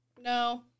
No